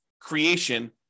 creation